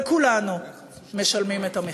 וכולנו משלמים את המחיר.